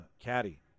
caddy